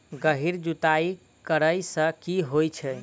गहिर जुताई करैय सँ की होइ छै?